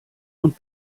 und